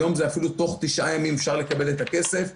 היום זה אפילו תוך תשעה ימים אפשר לקבל את הכסף.